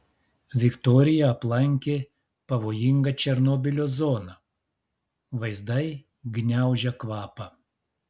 viktorija aplankė pavojingą černobylio zoną vaizdai gniaužia kvapą